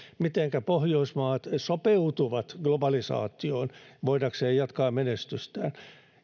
mitenkä pohjoismaat sopeutuvat globalisaatioon voidakseen jatkaa menestystään